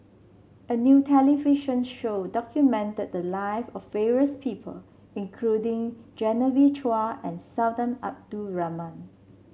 a new television show documented the life of various people including Genevieve Chua and Sultan Abdul Rahman